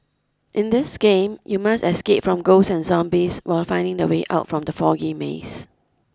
in this game you must escape from ghosts and zombies while finding the way out from the foggy maze